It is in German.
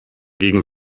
gegen